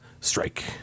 Strike